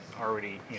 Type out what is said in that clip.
already